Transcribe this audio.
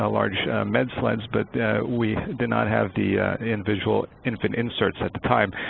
ah large med sleds, but we did not have the individual infant inserts at the time.